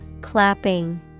Clapping